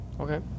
Okay